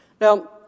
Now